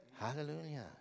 Hallelujah